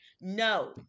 no